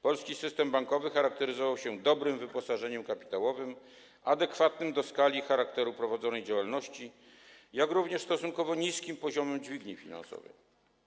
Polski system bankowy charakteryzował się dobrym wyposażeniem kapitałowym, adekwatnym do skali i charakteru prowadzonej działalności, jak również stosunkowo niskim poziomem dźwigni finansowej.